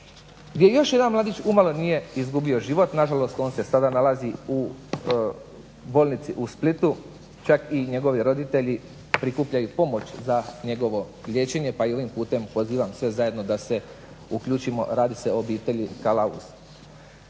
gdje je još jedan mladić umalo nije izgubio život. Nažalost on se sada nalazi u bolnicu u Splitu, čak i njegovi roditelji prikupljaju pomoć za njegovo liječenje pa i ovim putem pozivam sve zajedno da se uključimo, a radi se o obitelji Kalaust.